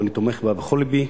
ואני תומך בה בכל לבי.